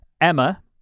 Emma